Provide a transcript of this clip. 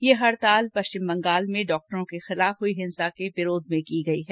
ये हड़ताल पश्चिम बंगाल में डॉक्टरों के खिलाफ हुई हिंसा के विरोध में की गई है